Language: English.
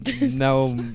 no